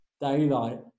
daylight